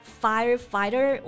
firefighter